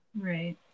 right